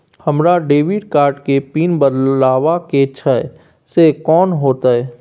हमरा debit card के pin बदलवा के छै से कोन होतै?